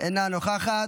אינה נוכחת,